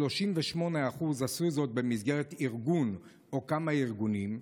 38% עשו זאת במסגרת ארגון או כמה ארגונים,